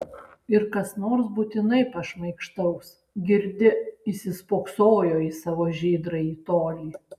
ir kas nors būtinai pašmaikštaus girdi įsispoksojo į savo žydrąjį tolį